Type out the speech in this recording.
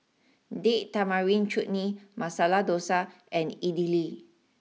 date Tamarind Chutney Masala Dosa and Idili